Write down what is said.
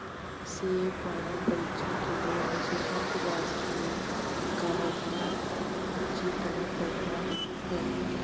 CA final परीक्षा के लिए मुझे अंतरराष्ट्रीय कराधान अच्छी तरह पड़ना है